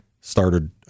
started